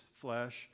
flesh